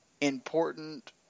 important